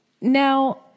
Now